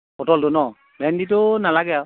পটলটো ন ভেন্দিটো নালাগে আৰু